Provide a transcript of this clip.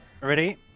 Ready